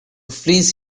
fleece